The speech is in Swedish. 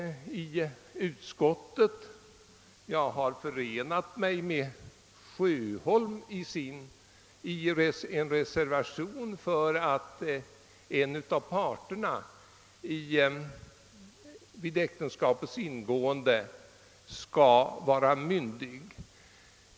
Tillsammans med herr Ferdinand Nilsson och herr Sjöholm har jag i en reservation yrkat att en av parterna vid äktenskapets ingående skall vara myndig.